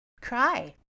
cry